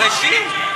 מתרגשים.